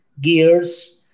gears